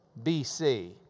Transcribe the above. BC